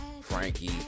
Frankie